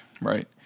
right